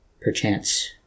perchance